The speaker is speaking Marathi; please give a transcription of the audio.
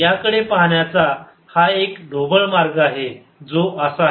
याकडे पाहण्याचा हा एक ढोबळ मार्ग आहे जो असा आहे